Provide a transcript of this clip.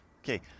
okay